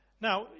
Now